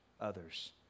others